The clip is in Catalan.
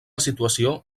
situació